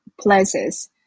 places